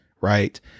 right